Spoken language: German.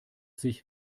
sich